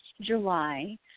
July